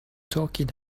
talking